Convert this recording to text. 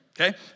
okay